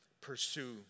pursue